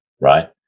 right